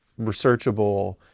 researchable